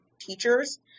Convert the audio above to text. teachers